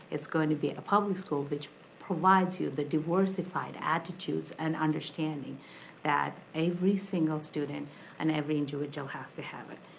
it's going to be a public school which provides you the diversified attitudes and understanding that every single student and every individual has to have it.